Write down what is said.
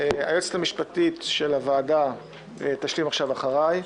היועצת המשפטית של הוועדה תשלים עכשיו אחריי,